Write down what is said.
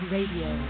Radio